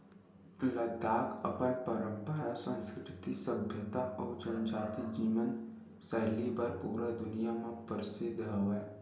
लद्दाख अपन पंरपरा, संस्कृति, सभ्यता अउ जनजाति जीवन सैली बर पूरा दुनिया म परसिद्ध हवय